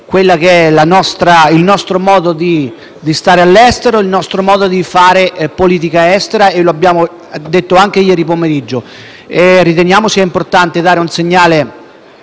il nostro modo di stare all'estero e fare politica estera. Come abbiamo detto anche ieri pomeriggio, riteniamo sia importante dare un segnale